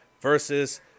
versus